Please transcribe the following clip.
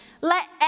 Let